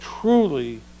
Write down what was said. truly